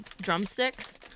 drumsticks